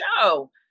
show